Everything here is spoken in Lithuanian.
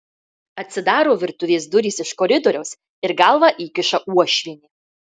atsidaro virtuvės durys iš koridoriaus ir galvą įkiša uošvienė